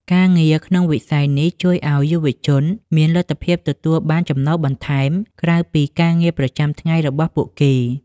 ការងារក្នុងវិស័យនេះជួយឱ្យយុវជនមានលទ្ធភាពទទួលបានចំណូលបន្ថែម ក្រៅពីការងារប្រចាំថ្ងៃរបស់ពួកគេ។